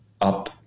up